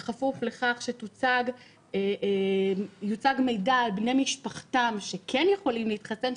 בכפוף לכך שיוצג מידע על בני משפחתם שכן יכולים להתחסן,